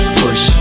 push